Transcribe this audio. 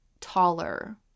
taller